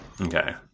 Okay